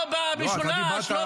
לא במשולש?